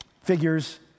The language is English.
figures